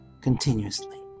continuously